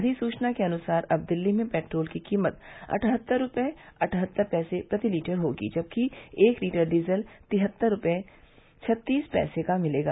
अविसुचना के अनुसार अब दिल्ली में पेट्रोल की कीमत अठहत्तर रुपये अठहत्तर पैसे प्रति लीटर होगी जबकि एक लीटर डीजल तिहत्तर रुपये छततीस पैसे का मिलेगा